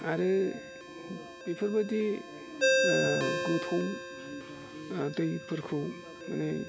आरो बेफोरबायदि गोथौ दैफोरखौ माने